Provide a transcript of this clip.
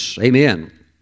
amen